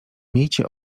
miejcie